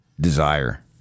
desire